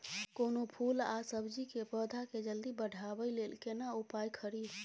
कोनो फूल आ सब्जी के पौधा के जल्दी बढ़ाबै लेल केना उपाय खरी?